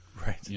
Right